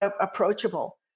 approachable